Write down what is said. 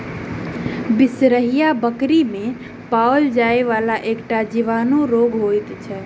बिसरहिया बकरी मे पाओल जाइ वला एकटा जीवाणु रोग होइत अछि